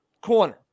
corner